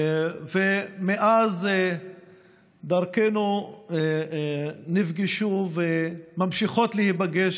ומאז דרכינו נפגשו וממשיכות להיפגש,